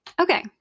Okay